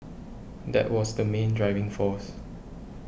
that was the main driving force